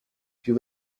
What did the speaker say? più